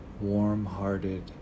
warm-hearted